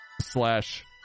slash